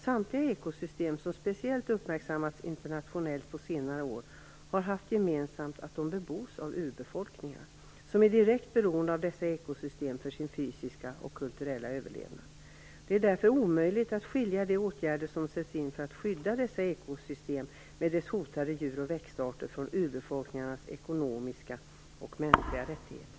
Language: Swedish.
Samtliga ekosystem, som speciellt har uppmärksammats internationellt på senare år, har haft gemensamt att de bebos av urbefolkningar, som är direkt beroende av dessa ekosystem för sin fysiska och kulturella överlevnad. Det är därför omöjligt att skilja de åtgärder som sätts in för att skydda dessa ekosystem, med deras hotade djur och växtarter, från urbefolkningarnas ekonomiska och mänskliga rättigheter.